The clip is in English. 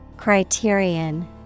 Criterion